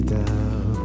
down